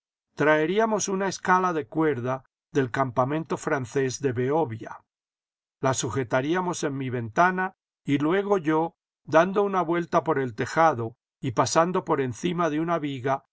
traeríamos una escala de cuerda del campamento francés de behovia la sujetaríamos en mi ventana y luego yo dando una vuelta por el tejado y pasando por encima de una viga